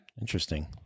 Interesting